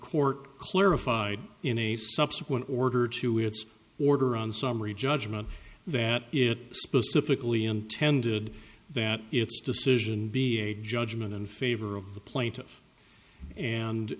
court clarified in a subsequent order to its order on summary judgment that it specifically intended that its decision be a judgment in favor of the plaintiff and